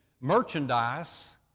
merchandise